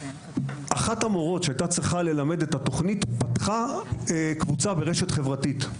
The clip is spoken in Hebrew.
אחת המורות שהייתה צריכה ללמד את התוכנית פתחה קבוצה ברשת חברתית,